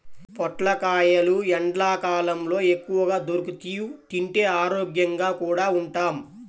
పొట్లకాయలు ఎండ్లకాలంలో ఎక్కువగా దొరుకుతియ్, తింటే ఆరోగ్యంగా కూడా ఉంటాం